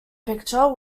picture